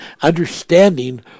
understanding